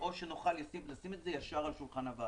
או שנוכל לשים את זה ישר על שולחן הוועדה.